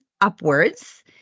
upwards